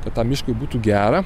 kad tam miškui būtų gera